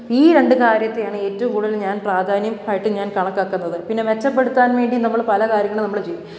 ഈ രണ്ടു കാര്യത്തെയാണ് ഏറ്റവും കൂടുതൽ ഞാൻ പ്രാധാന്യം ആയിട്ട് ഞാൻ കണക്കാക്കുന്നത് പിന്നെ മെച്ചപ്പെടുത്താൻ വേണ്ടി നമ്മൾ പല കാര്യങ്ങളും നമ്മൾ ചെയ്യും